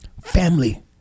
family